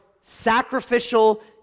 sacrificial